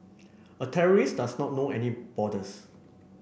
a terrorist does not know any borders